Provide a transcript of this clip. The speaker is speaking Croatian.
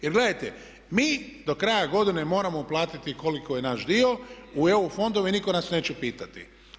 Jer gledajte, mi do kraja godine moramo platiti koliko je naš dio u EU fondove i nitko nas neće pitati.